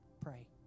Pray